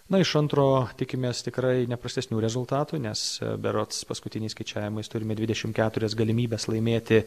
na iš antro tikimės tikrai ne prastesnių rezultatų nes berods paskutiniais skaičiavimais turime dvidešimt keturias galimybes laimėti